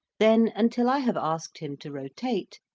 then, until i have asked him to rotate,